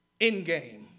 Endgame